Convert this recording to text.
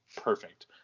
perfect